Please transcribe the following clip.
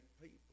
people